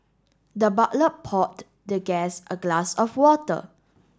the butler poured the guest a glass of water